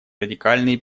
радикальные